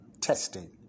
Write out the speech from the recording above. testing